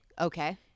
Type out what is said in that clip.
Okay